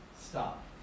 stop